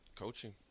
Coaching